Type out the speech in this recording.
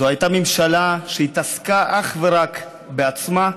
זאת הייתה ממשלה שהתעסקה אך ורק בעצמה,